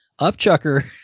Upchucker